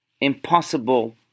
impossible